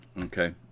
Okay